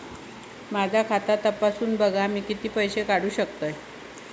माझा खाता तपासून बघा मी किती पैशे काढू शकतय?